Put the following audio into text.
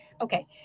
okay